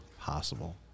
possible